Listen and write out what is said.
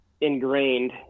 ingrained